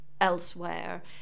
elsewhere